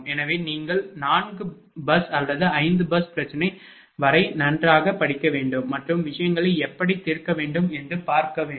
எனவே நீங்கள் 4 பஸ் அல்லது 5 பஸ் பிரச்சனை வரை நன்றாக படிக்க வேண்டும் மற்றும் விஷயங்களை எப்படி தீர்க்க முடியும் என்று பார்க்க வேண்டும்